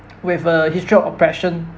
with a history of oppression